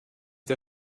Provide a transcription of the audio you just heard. der